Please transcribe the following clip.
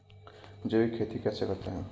जैविक खेती कैसे करते हैं?